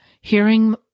hearing